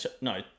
no